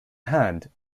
hand